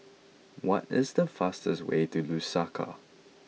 what is the fastest way to Lusaka